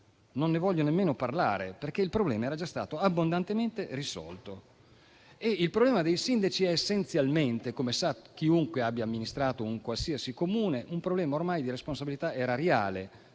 non ne voglio nemmeno parlare: appunto perché il problema era già stato abbondantemente risolto. Il problema dei sindaci essenzialmente, come sa chiunque abbia amministrato un qualsiasi Comune, è ormai un problema di responsabilità erariale,